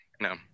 No